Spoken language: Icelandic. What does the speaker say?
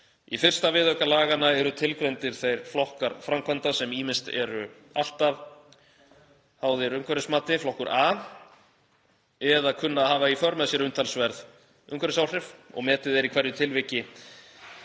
Í 1. viðauka laganna eru tilgreindir þeir flokkar framkvæmda sem ýmist eru alltaf háðir umhverfismati, flokkur A, eða kunna að hafa í för með sér umtalsverð umhverfisáhrif og metið er í hverju tilviki